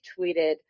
tweeted